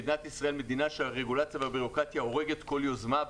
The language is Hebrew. מדינת ישראל היא מדינה שהבירוקרטיה והרגולציה שבה הורגת כל יוזמה,